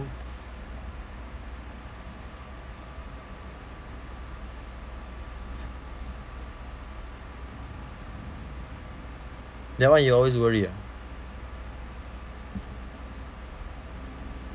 then what you always worry ah